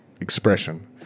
expression